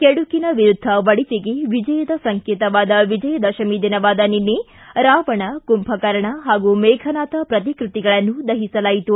ಕೆಡುಕಿನ ವಿರುದ್ಧ ಒಳಿತಿಗೆ ವಿಜಯದ ಸಂಕೇತವಾದ ವಿಜಯ ದಶಮಿ ದಿನವಾದ ನಿನ್ನೆ ರಾವಣ ಕುಂಭಕರ್ಣ ಹಾಗೂ ಮೇಘನಾಥ್ ಪ್ರತಿಕೃತಿಗಳನ್ನು ದಹಿಸಲಾಯಿತು